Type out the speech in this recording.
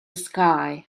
sky